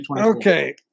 okay